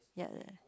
ya